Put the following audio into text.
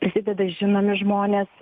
prisideda žinomi žmonės